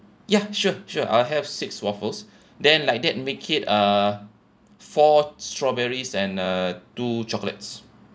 ya sure sure I'll have six waffles then like that make it uh four strawberries and uh two chocolates